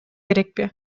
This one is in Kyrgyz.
керекпи